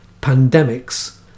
pandemics